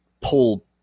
pull